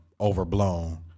overblown